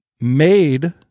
made